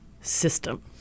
system